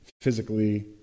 physically